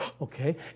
Okay